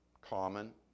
common